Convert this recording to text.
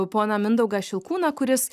poną mindaugą šimkūną kuris